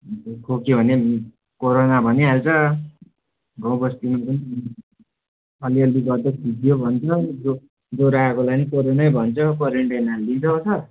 खोक्यो भने कोरोना भनिहाल्छ गाउँबस्ती अलि अलि गर्दै फिँजियो भन्छ जोरो आएकोलाई नि कोरोना भन्छ क्वारेन्टाइन हालिदिन्छ हो सर